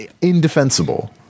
indefensible